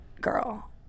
girl